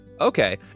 Okay